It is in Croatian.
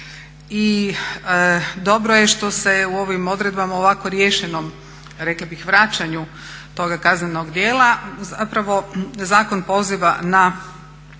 I dobro je što se u ovim odredbama u ovako riješenom rekla bih vraćanju toga kaznenog djela zapravo zakon poziva na